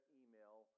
email